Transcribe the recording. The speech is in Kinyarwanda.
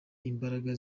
imbaraga